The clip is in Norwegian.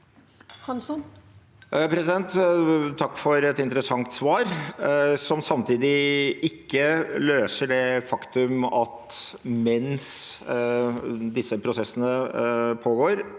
Takk for et in- teressant svar som samtidig ikke løser det faktum at mens disse prosessene pågår,